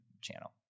channel